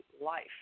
life